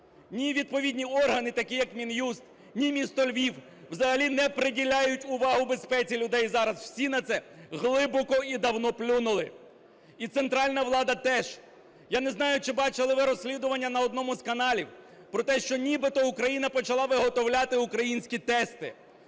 Ні відповідні органи, такі як Мін'юст, ні місто Львів взагалі не приділяють увагу безпеці людей. Зараз всі на це глибоко і давно плюнули. І центральна влада теж. Я не знаю, чи бачили ви розслідування на одному з каналів про те, що нібито Україна почала виготовляти українські тести.